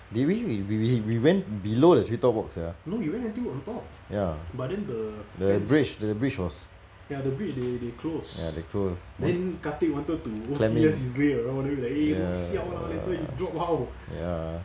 did we we we we went below the tree top walk sia ya the bridge the bridge was ya they close climb in ya ya